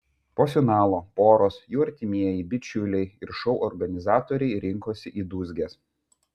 po finalo poros jų artimieji bičiuliai ir šou organizatoriai rinkosi į dūzges